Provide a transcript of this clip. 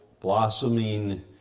blossoming